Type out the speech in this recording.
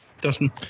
Dustin